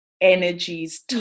energies